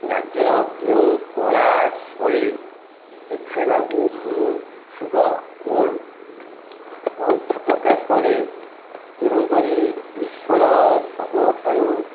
ରାଜ୍ୟର କେଉଁ କଳା ଶୈଳୀ ଦେଖାଇବାକୁ ମୁଁ ଇଚ୍ଛୁକ ଓ ମୁଁ ଇଚ୍ଛା ପ୍ରକାଶ କରେ ତେଣୁକରି ବିଶ୍ୱର ସବୁଠାରୁ